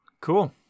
Cool